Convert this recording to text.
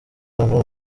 ahantu